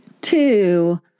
Two